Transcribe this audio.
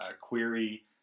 query